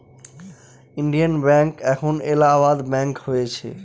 Indian bank এখন Allahabad bank হয়েছে